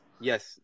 Yes